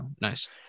nice